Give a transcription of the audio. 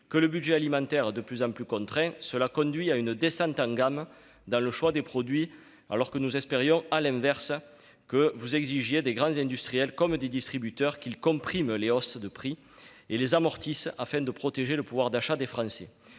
que leur budget alimentaire est de plus en plus contraint, nous observons une descente en gamme dans le choix des produits. Nous espérions, à l'inverse, que vous exigeriez des grands industriels comme des distributeurs qu'ils compriment les hausses de prix et les amortissent afin de protéger le pouvoir d'achat des Français.